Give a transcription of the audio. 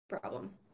problem